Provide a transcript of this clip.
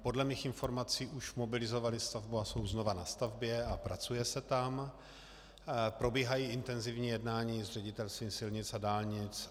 Podle mých informací už mobilizovali stavbu a jsou znovu na stavbě a pracuje se tam, probíhají intenzivní jednání s Ředitelstvím silnic a dálnic.